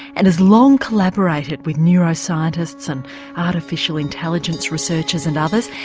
and has long collaborated with neuroscientists and artificial intelligence researchers and others.